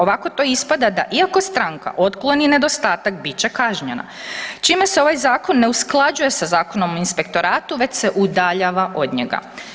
Ovako to ispada da, iako stranka otkloni nedostatak, bit će kažnjena, čime se ovaj zakon ne usklađuje sa Zakonom o inspektoratu, već se udaljava od njega.